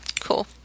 Cool